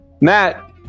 Matt